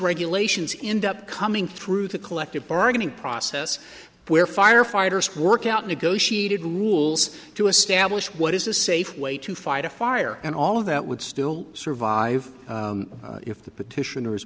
regulations in the coming through the collective bargaining process where firefighters work out negotiated rules to establish what is a safe way to fight a fire and all of that would still survive if the petitioners